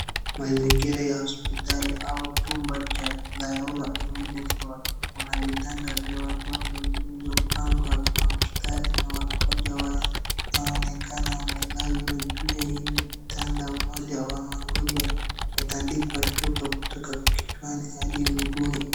Mazingira ya hospitali au chumba cha dharura emergency ward kuna vitanda vya wagonjwa vilivyopangwa kwa msitari na wagonjwa wnaonekana wamelazwa juu ya hivi vitanda na mmoja wa wagonjwa ametandikwa shuka kutoka kichwani hadi miguuni.